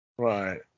Right